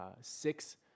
six